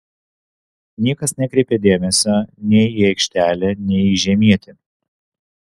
niekas nekreipė dėmesio nei į aikštelę nei į žemietį